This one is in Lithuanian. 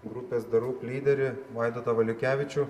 grupės the roop lyderį vaidotą valiukevičių